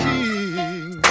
King